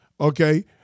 Okay